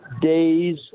days